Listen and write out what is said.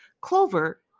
Clover